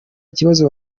kibazo